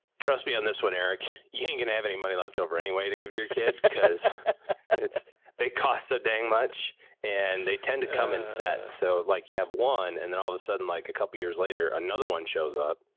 trust me on this one, eric, you ain't going to have any money leftover anyway that gives your kid, cause they cost a dang much and they tend to come and set. so like you have one and then all of a sudden like a couple years later, another one shows up.